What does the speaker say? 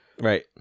Right